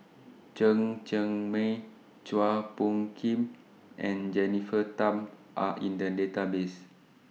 Chen Cheng Mei Chua Phung Kim and Jennifer Tham Are in The Database